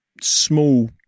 small